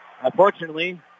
Unfortunately